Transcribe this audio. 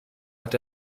hat